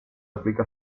aplica